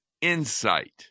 insight